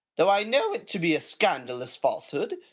though i know it to be a scandalous falsehood,